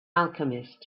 alchemist